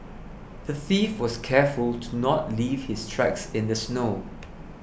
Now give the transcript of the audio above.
the thief was careful to not leave his tracks in the snow